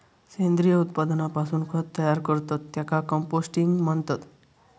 सेंद्रिय उत्पादनापासून खत तयार करतत त्येका कंपोस्टिंग म्हणतत